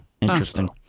Interesting